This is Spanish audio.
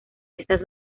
estas